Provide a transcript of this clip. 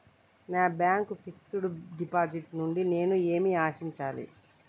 నా bank fixed deposit నుండి నేను ఏమి ఆశించాలి?